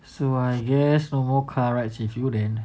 so I guess more car rides with you then